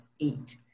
eight